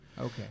okay